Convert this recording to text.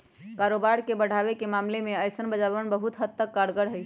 कारोबार के बढ़ावे के मामले में ऐसन बाजारवन बहुत हद तक कारगर हई